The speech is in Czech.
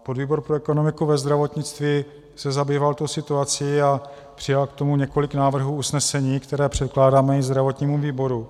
Podvýbor pro ekonomiku ve zdravotnictví se zabýval tou situací a přijal k tomu několik návrhů usnesení, která předkládáme i zdravotnímu výboru.